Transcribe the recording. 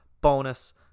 bonus